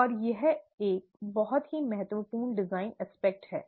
और यह एक बहुत ही महत्वपूर्ण डिजाइन पहलू है